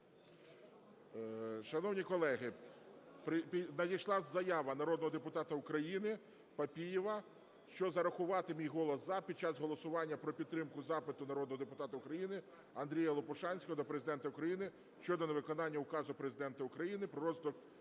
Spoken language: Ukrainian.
Шановні колеги, надійшла заява народного депутата України Папієва, що зарахувати мій голос "за" під час голосування про підтримку запиту народного депутата України Андрія Лопушанського до Президента України щодо невиконання Указу Президента України "Про розвиток